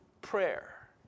prayer